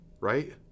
right